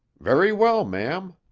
very well, ma'am.